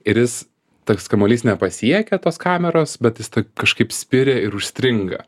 ir jis tas kamuolys nepasiekia tos kameros bet jis taip kažkaip spiria ir užstringa